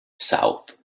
south